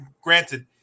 granted